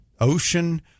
ocean